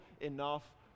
enough